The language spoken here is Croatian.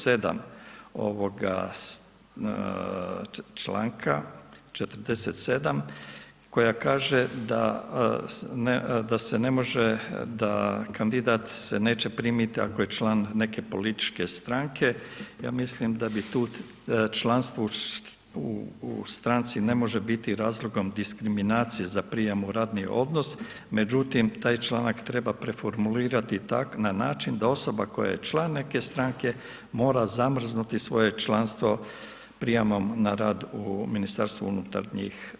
7. ovoga čl. 47. koja kaže da se ne može, da kandidat se neće primiti ako je član neke političke stranke, ja mislim da bi tu, članstvo u stranci ne može biti razlogom diskriminacije za prijem u radni odnos, međutim, taj članak treba preformulirati tak na način da osoba koja je član neke stranke, mora zamrznuti svoje članstvo prijamom na rad u MUP.